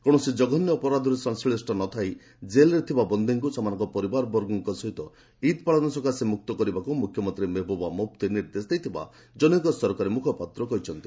କୌଶସି ଜଘନ୍ୟ ଅପରାଧରେ ସଂଶ୍ଳିଷ୍ଟ ନଥାଇ ଜେଲ୍ରେ ଥିବା ବନ୍ଦୀଙ୍କୁ ସେମାନଙ୍କ ପରିବାରବର୍ଗଙ୍କ ସହ ଇଦ୍ ପାଳନ ସକାଶେ ମୁକ୍ତ କରିବାକୁ ମୁଖ୍ୟମନ୍ତ୍ରୀ ମେହେବୁବା ମୁଫ୍ତି ନିର୍ଦ୍ଦେଶ ଦେଇଥିବା କ୍ଜନୈକ ସରକାରୀ ମୁଖପାତ୍ର କହିଛନ୍ତି